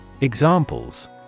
Examples